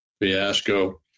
fiasco